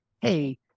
hey